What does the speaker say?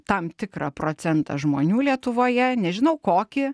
tam tikrą procentą žmonių lietuvoje nežinau kokį